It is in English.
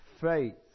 faith